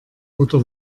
oder